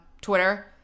Twitter